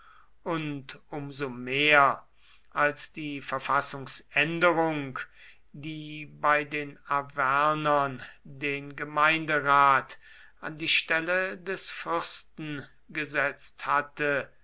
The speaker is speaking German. und um so mehr als die verfassungsänderung die bei den arvernern den gemeinderat an die stelle des fürsten gesetzt hatte